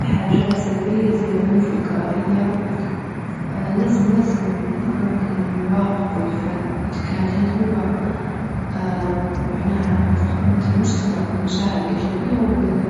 لحاجات سلبية زي العنف والكراهية اه لازم-لازم نرك-نراقبه الفن إذ كان هل هو معناها في خدمة المجتمع والمشاعر الإيجابية ولا لا.